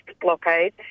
blockade